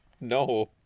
No